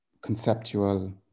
conceptual